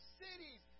cities